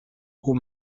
aux